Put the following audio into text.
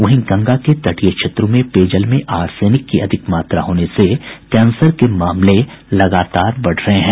वहीं गंगा के तटीय क्षेत्रों में पेयजल मे आर्सेनिक की अधिक मात्रा होने से कैंसर के मामले लगातार बढ़ रहे हैं